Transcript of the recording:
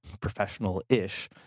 professional-ish –